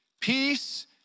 peace